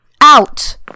Out